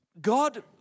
God